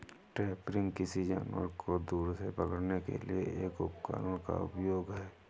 trapping, किसी जानवर को दूर से पकड़ने के लिए एक उपकरण का उपयोग है